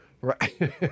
Right